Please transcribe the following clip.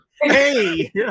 Hey